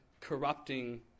corrupting